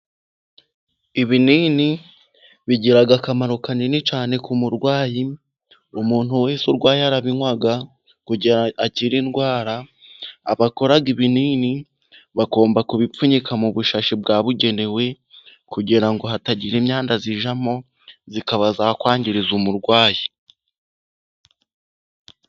Ibinini bigira akamaro kanini cyane ku murwayi, umuntu wese urwaye arabinywa kugira ngo akire indwara. Abakora ibinini bagomba kubipfunyika mu bushashi bwabugenewe, kugira ngo hatagira imyanda ijyamo ikaba yakwangiza umurwayi.